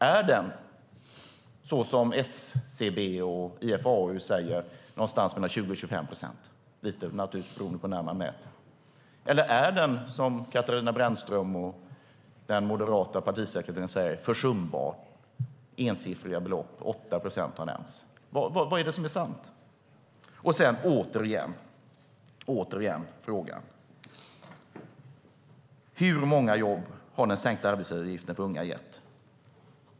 Är den, som SCB och IFAU säger, någonstans mellan 20 och 25 procent lite beroende på när man mäter, eller är den, som Katarina Brännström och den moderata partisekreteraren säger, försumbar och handlar om ensiffriga tal - 8 procent har nämnts? Vad är det som är sant? Återigen frågar jag: Hur många jobb har den sänkta arbetsgivaravgiften för unga gett?